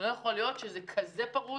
אני חושבת שלא יכול להיות שהעניין כל כך פרוץ,